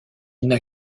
n’a